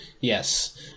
yes